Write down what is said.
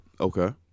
Okay